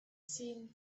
seen